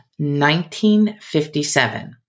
1957